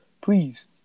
please